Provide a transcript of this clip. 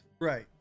Right